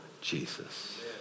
Jesus